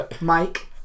Mike